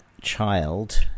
child